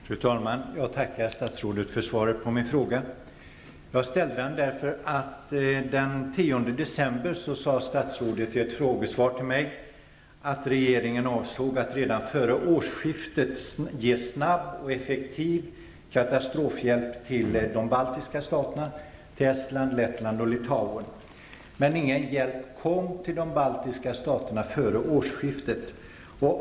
Fru talman! Jag tackar statsrådet för svaret på min fråga. Jag ställde frågan på grund av att statsrådet den 10 december i ett frågesvar till mig sade, att regeringen avsåg att redan före årsskiftet ge snabb och effektiv katastrofhjälp till de baltiska staterna -- till Estland, Lettland och Litauen. Men ingen hjälp kom till de baltiska staterna före årsskiftet.